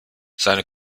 seine